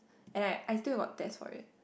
and I still got test for it